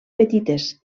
petites